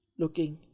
looking